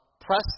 press